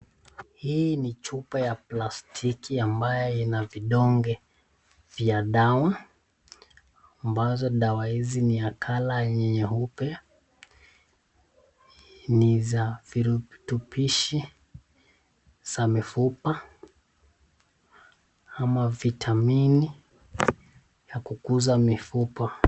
Hii ni chupa ya plastiki ambaye ina vidonge vya dawa ambazo dawa hizi ni ya kala nyeupe, ni za virutubishi za mifupa ama vitamini ya kukuza mifupa.